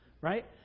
right